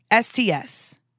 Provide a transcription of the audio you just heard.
STS